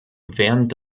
während